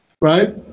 right